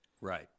right